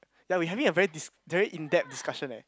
ya we having a very dis~ very in depth discussion eh